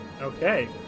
okay